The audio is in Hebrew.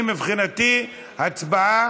מבחינתי, תשובה